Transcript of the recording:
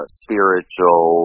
spiritual